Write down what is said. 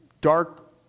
dark